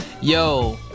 Yo